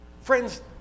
Friends